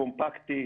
קומפקטי,